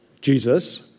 Jesus